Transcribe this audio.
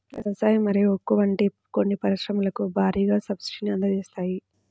వ్యవసాయం మరియు ఉక్కు వంటి కొన్ని పరిశ్రమలకు భారీగా సబ్సిడీని అందజేస్తాయి